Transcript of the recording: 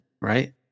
right